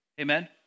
Amen